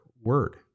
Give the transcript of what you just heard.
word